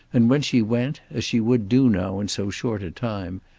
and when she went, as she would do now in so short a time,